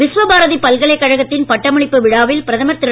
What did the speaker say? விஸ்வபாரதி பல்கலைக் கழகத்தின் பட்டமளிப்பு விழாவில் பிரதமர் திரு